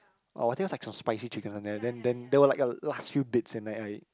oh I think it's like some spicy chicken or something then then there were like a last few bits and then I